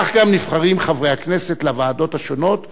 כך גם נבחרים חברי הכנסת לוועדות השונות,